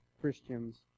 Christians